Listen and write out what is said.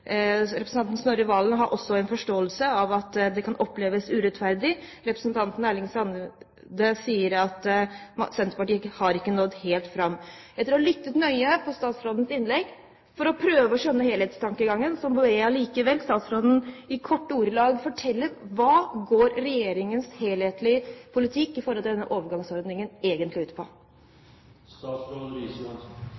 Representanten Snorre Serigstad Valen har også forståelse for at det kan oppleves som urettferdig. Representanten Erling Sande sier at Senterpartiet ikke har nådd helt fram. Etter å ha lyttet nøye til statsrådens innlegg for å prøve å skjønne helhetstankegangen, ber jeg likevel statsråden kort fortelle hva regjeringens helhetlige politikk når det gjelder denne overgangsordningen, egentlig går ut på.